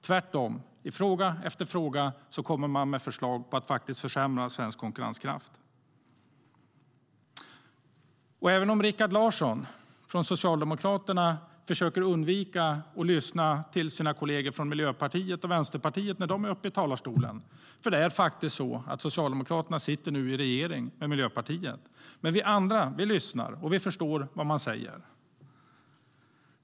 Tvärtom kommer man i fråga efter fråga med förslag på att försämra svensk konkurrenskraft. Även om Rikard Larsson från Socialdemokraterna försöker undvika att lyssna till sina kolleger från Miljöpartiet och Vänsterpartiet, när de är uppe i talarstolen, är det faktiskt så att Socialdemokraterna nu sitter i regering med Miljöpartiet. Men vi andra lyssnar och förstår vad de säger.